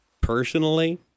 Personally